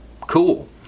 Cool